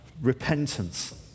repentance